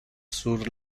sur